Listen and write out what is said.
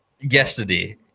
yesterday